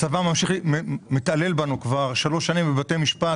הצבא מתעלל בנו כבר שלוש שנים בבתי משפט